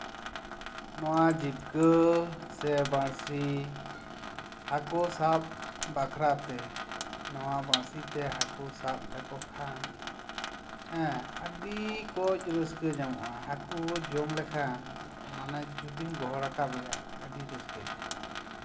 ᱱᱚᱶᱟ ᱡᱤᱵᱠᱟᱹ ᱥᱮ ᱵᱟᱹᱲᱥᱤ ᱦᱟᱹᱠᱩ ᱥᱟᱵ ᱵᱟᱠᱷᱨᱟ ᱛᱮ ᱱᱚᱶᱟ ᱵᱟᱹᱲᱥᱤ ᱛᱮ ᱦᱟᱹᱠᱩ ᱥᱟᱵ ᱞᱮᱠᱚ ᱠᱷᱟᱱ ᱦᱮᱸ ᱟᱹᱰᱤ ᱠᱚᱡ ᱨᱟᱹᱥᱠᱟᱹ ᱧᱟᱢᱚᱜᱼᱟ ᱦᱟᱠᱩᱭ ᱡᱚᱢ ᱞᱮᱠᱷᱟᱱ ᱦᱮᱸ ᱡᱩᱫᱤᱢ ᱜᱚᱦᱚᱲᱟᱠᱟᱫᱮᱭᱟ ᱟᱹᱰᱤ ᱨᱟᱹᱥᱠᱟᱹ ᱧᱟᱢᱚᱜᱼᱟ